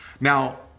Now